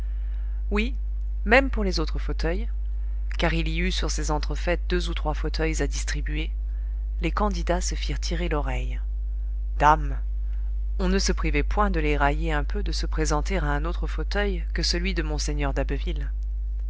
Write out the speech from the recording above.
oui même pour les autres fauteuils car il y eut sur ces entrefaites deux ou trois fauteuils à distribuer les candidats se firent tirer l'oreille dame on ne se privait point de les railler un peu de se présenter à un autre fauteuil que celui de mgr d'abbeville